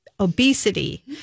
Obesity